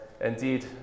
indeed